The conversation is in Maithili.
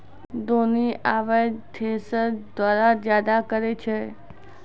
दौनी आबे थ्रेसर द्वारा जादा करै छै